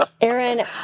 Aaron